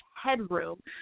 headroom